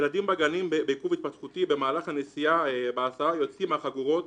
ילדים בגנים בעיכוב התפתחותי במהלך הנסיעה בהסעה יוצאים מהחגורות,